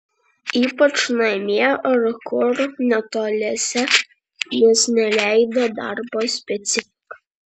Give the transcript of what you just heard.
ypač namie ar kur netoliese nes neleido darbo specifika